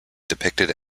depicted